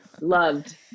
Loved